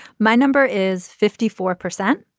my number is fifty four percent.